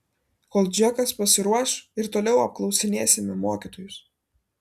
kol džekas pasiruoš ir toliau apklausinėsime mokytojus